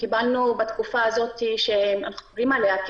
קיבלנו בתקופה שאנחנו מדברים עליה,